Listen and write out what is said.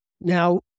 Now